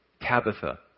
Tabitha